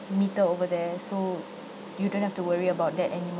metre over there so you don't have to worry about that anymore